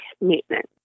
maintenance